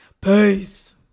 Peace